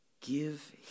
give